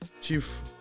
Chief